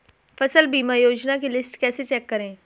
फसल बीमा योजना की लिस्ट कैसे चेक करें?